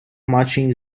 marching